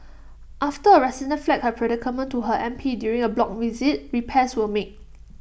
after A resident flagged her predicament to her M P during A block visit repairs were made